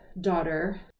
daughter